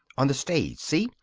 on the stage, see?